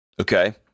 Okay